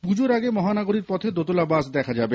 পুজোর আগে মহানগরীর পথে দোতলা বাস দেখা যাবে